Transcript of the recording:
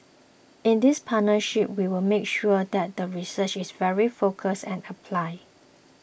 in this partnership we will make sure that the research is very focused and applied